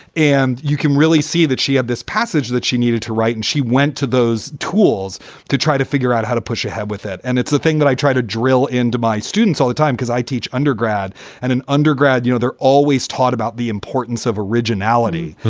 and you can really see that she had this passage that she needed to write and she went to those tools to try to figure out how to push ahead with that. and it's the thing that i try to drill into my students all the time because i teach undergrad and an undergrad. you know, they're always taught about the importance of originality.